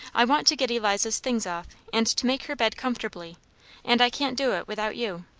i want to get eliza's things off, and to make her bed comfortably and i can't do it without you.